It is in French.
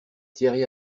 thierry